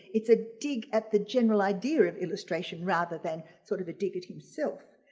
it's a dig at the general idea of illustration rather than sort of a dig at himself.